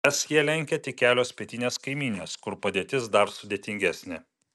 es ją lenkia tik kelios pietinės kaimynės kur padėtis dar sudėtingesnė